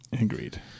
Agreed